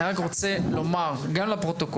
אני רק רוצה לומר לפרוטוקול,